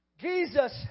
Jesus